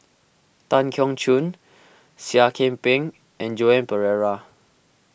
Tan Keong Choon Seah Kian Peng and Joan Pereira